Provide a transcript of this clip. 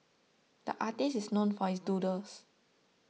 the artist is known for his doodles